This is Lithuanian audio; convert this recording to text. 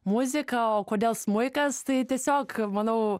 muzika o kodėl smuikas tai tiesiog manau